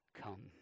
come